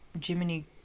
jiminy